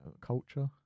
culture